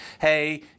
hey